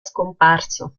scomparso